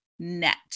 net